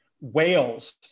whales